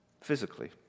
physically